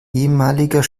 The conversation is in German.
ehemaliger